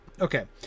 Okay